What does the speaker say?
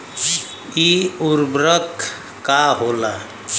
इ उर्वरक का होला?